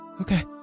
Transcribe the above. Okay